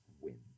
win